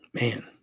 man